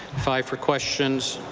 five for questions.